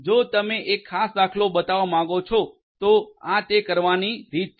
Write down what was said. જો તમે એક ખાસ દાખલો બતાવવા માંગો છો તો આ તે કરવાની રીત છે